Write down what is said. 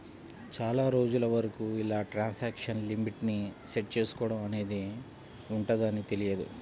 చాలా రోజుల వరకు ఇలా ట్రాన్సాక్షన్ లిమిట్ ని సెట్ చేసుకోడం అనేది ఉంటదని తెలియదు